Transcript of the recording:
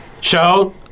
show